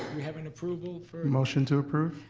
we have an approval for? motion to approve.